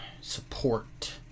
support